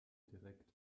direkt